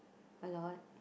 a lot